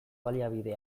baliabide